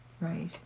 Right